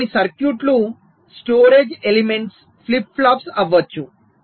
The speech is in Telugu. ఇప్పుడు కొన్ని సర్క్యూట్లు స్టోరేజ్ ఎలెమెంట్స్ ఫ్లిప్ ఫ్లాప్స్ కావచ్చు